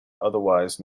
otherwise